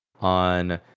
on